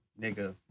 nigga